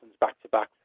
back-to-back